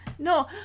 No